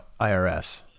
IRS